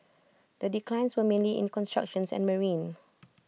the declines were mainly in construction and marine